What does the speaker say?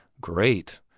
great